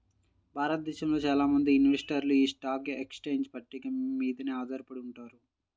భారతదేశంలో చాలా మంది ఇన్వెస్టర్లు యీ స్టాక్ ఎక్స్చేంజ్ పట్టిక మీదనే ఆధారపడి ఉంటారు